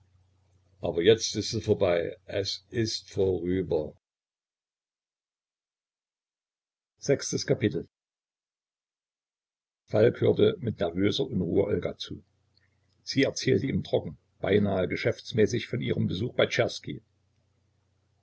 aber jetzt ist es vorbei es ist vorüber vi falk hörte mit nervöser unruhe olga zu sie erzählte ihm trocken beinahe geschäftsmäßig von ihrem besuch bei czerski